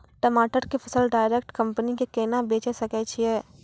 टमाटर के फसल डायरेक्ट कंपनी के केना बेचे सकय छियै?